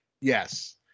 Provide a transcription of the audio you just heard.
Yes